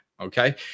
Okay